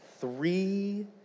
Three